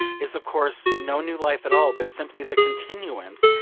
is of course no new life at all, but simply the continuance,